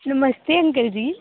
नमस्ते uncle जी